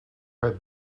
have